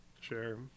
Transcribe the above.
sure